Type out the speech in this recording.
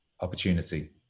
opportunity